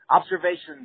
observations